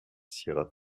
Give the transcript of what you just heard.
sierra